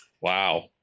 Wow